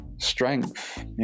Strength